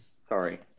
Sorry